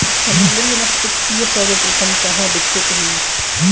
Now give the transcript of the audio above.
समुद्री मत्स्यिकी सर्वप्रथम कहां विकसित हुई?